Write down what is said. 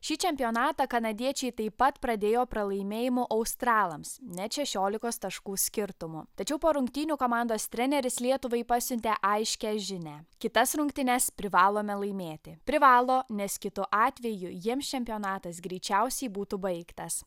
šį čempionatą kanadiečiai taip pat pradėjo pralaimėjimu australams net šešiolikos taškų skirtumu tačiau po rungtynių komandos treneris lietuvai pasiuntė aiškią žinią kitas rungtynes privalome laimėti privalo nes kitu atveju jiems čempionatas greičiausiai būtų baigtas